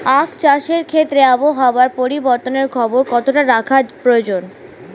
আখ চাষের ক্ষেত্রে আবহাওয়ার পরিবর্তনের খবর কতটা রাখা প্রয়োজন?